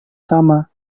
sama